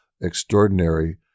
extraordinary